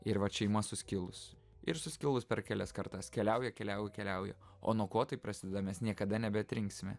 ir vat šeima suskilus ir suskilus per kelias kartas keliauja keliauja keliauja o nuo ko tai prasideda mes niekada nebeatrinksime